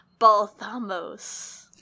Balthamos